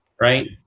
right